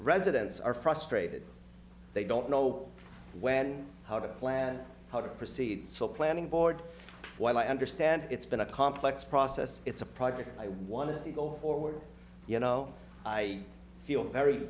residents are frustrated they don't know when how to plan how to proceed so planning board while i understand it's been a complex process it's a project i want to see go forward you know i feel very